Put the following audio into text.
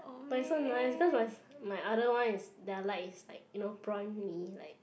but it's so nice cause my my other one is that I like is like you know prawn mee like